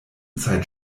zeit